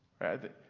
right